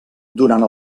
durant